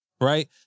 Right